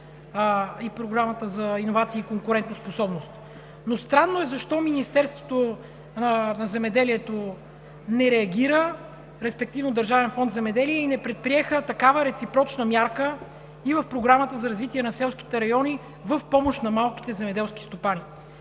и Програмата за иновации и конкурентоспособност. Но странно е защо Министерството на земеделието не реагира, респективно Държавен фонд „Земеделие“, и не предприеха такава реципрочна мярка и в Програмата за развитие на селските райони в помощ на малките земеделски стопани?